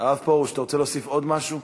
ההצעה להעביר את הנושא לוועדת החינוך,